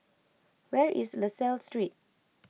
where is La Salle Street